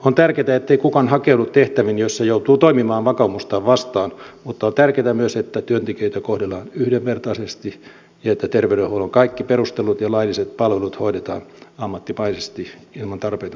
on tärkeätä ettei kukaan hakeudu tehtäviin joissa joutuu toimimaan vakaumustaan vastaan mutta on tärkeätä myös että työntekijöitä kohdellaan yhdenvertaisesti ja että terveydenhuollon kaikki perustellut ja lailliset palvelut hoidetaan ammattimaisesti ilman tarpeetonta viivytystä